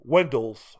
Wendell's